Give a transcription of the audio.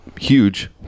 huge